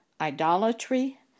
idolatry